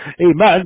amen